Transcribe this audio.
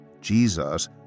Jesus